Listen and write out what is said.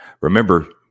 Remember